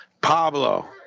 Pablo